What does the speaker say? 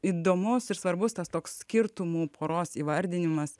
įdomus ir svarbus tas toks skirtumų poros įvardinimas